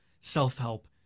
self-help